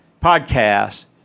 podcast